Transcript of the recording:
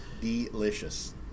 delicious